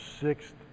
sixth